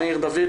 מאיר דוד,